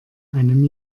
einem